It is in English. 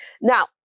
Now